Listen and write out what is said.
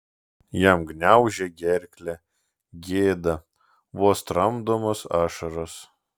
jam gniaužė gerklę gėda vos tramdomos ašaros